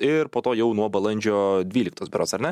ir po to jau nuo balandžio dvyliktos berods ar ne